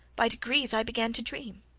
by degrees i began to dream.